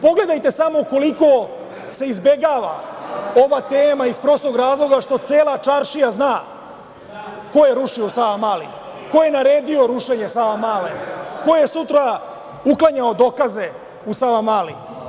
Pogledajte samo koliko se izbegava ova tema, iz prostog razloga što cela čaršija zna ko je rušio u Savamali, ko je naredio rušenje Savamale, ko je sutra uklanjao dokaze u Savamali.